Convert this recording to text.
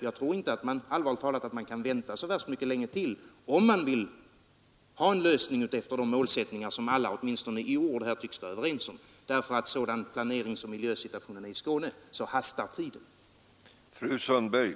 Jag tror allvarligt talat inte att man kan vänta så värst mycket längre, om man vill ha en lösning efter de målsättningar som alla åtminstone i ord här i kammaren tycks vara överens om, ty sådan som planeringsoch miljösituationen är i Skåne hastar tiden.